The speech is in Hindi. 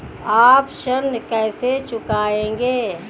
आप ऋण कैसे चुकाएंगे?